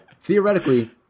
theoretically